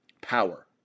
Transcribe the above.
power